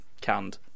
canned